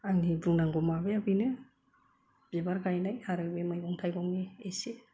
आंनि बुंनांगौ माबाया बेनो बिबार गायनाय आरो बे मैगं थाइगंनि एसे